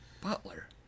Butler